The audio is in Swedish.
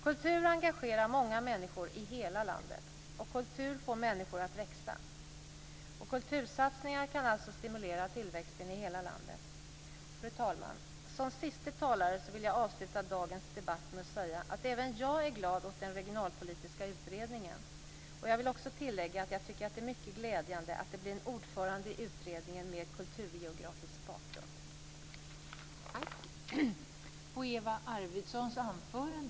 Kultur engagerar många människor i hela landet. Kultur får människor att växa. Kultursatsningar kan alltså stimulera tillväxten i hela landet. Fru talman! Som siste talare vill jag avsluta dagens debatt med att säga att även jag är glad åt den regionalpolitiska utredningen. Jag vill också tillägga att jag tycker att det är mycket glädjande att det blir en ordförande i utredningen med kulturgeografisk bakgrund.